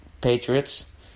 Patriots